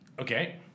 Okay